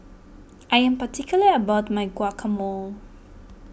I am particular about my Guacamole